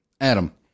Adam